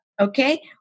Okay